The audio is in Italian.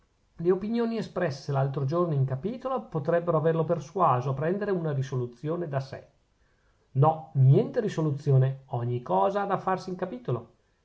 le opinioni espresse l'altro giorno in capitolo potrebbero averlo persuaso a prendere una risoluzione da sè no niente risoluzione ogni cosa ha da farsi in capitolo